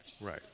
Right